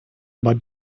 but